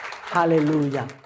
Hallelujah